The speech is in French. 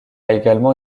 également